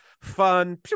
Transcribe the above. fun